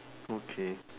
okay